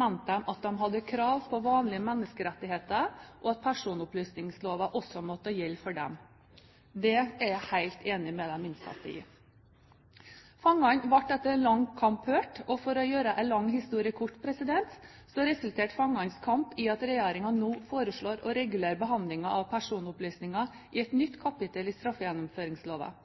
mente de at de hadde krav på vanlige menneskerettigheter, og at personopplysningsloven også måtte gjelde for dem. Det er jeg helt enig med de innsatte i. Fangene ble etter en lang kamp hørt. Og for å gjøre en lang historie kort, resulterte fangenes kamp i at regjeringen nå foreslår å regulere behandlingen av personopplysninger i et nytt kapittel i straffegjennomføringsloven.